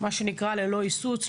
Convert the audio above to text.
מה שנקרא ללא היסוס,